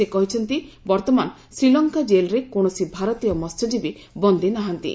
ସେ କହିଛନ୍ତି ବର୍ତ୍ତମାନ ଶ୍ରୀଲଙ୍କା ଜେଲ୍ରେ କୌଣସି ଭାରତୀୟ ମହ୍ୟଜୀବୀ ବନ୍ଦୀ ନାହାନ୍ତି